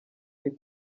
ari